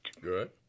Good